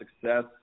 success